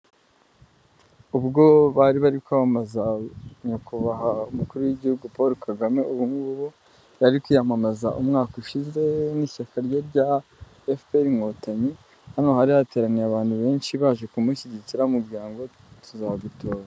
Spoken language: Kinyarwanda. Ubwo bari bari kwamamaza nyakubahwa umukuru w'igihugu Paul KAGAME ubu ngubu, yari kwiyamamaza umwaka ushize n'ishyaka rye rya FPR inkotanyi, hano hari hateraniye abantu benshi baje kumushyigikira bamubwira ngo tuzadutora.